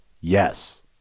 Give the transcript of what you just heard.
Yes